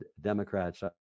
Democrats